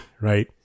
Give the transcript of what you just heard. right